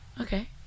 okay